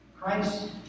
Christ